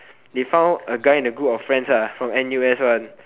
they found a guy and group of friends lah from n_u_s one